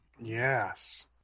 Yes